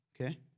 Okay